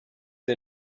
the